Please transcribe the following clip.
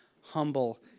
humble